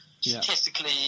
statistically